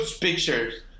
pictures